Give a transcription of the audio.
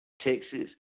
Texas